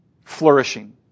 Flourishing